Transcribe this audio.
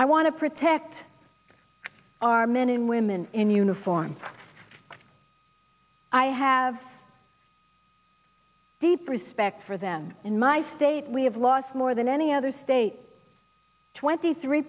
i want to protect our men and women in uniform i have deep respect for them in my state we have lost more than any other state twenty three